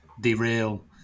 derail